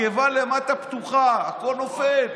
הקיבה למטה פתוחה, הכול נופל.